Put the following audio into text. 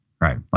right